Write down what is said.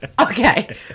okay